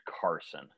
Carson